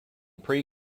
pre